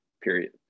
period